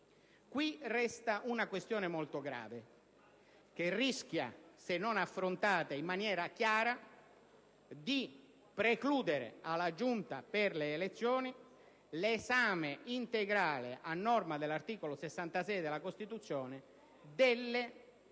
resta una questione molto grave che rischia, se non affrontata in maniera chiara, di precludere alla Giunta delle elezioni l'esame integrale, a norma dell'articolo 66 della Costituzione, delle cause di